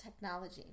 technology